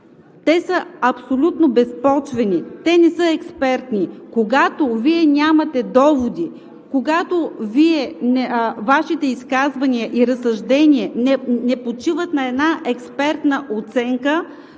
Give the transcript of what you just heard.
те са абсолютно безпочвени. Те не са експертни. Когато Вие нямате доводи, когато Вашите изказвания и разсъждения не почиват на една експертна оценка,